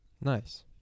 Nice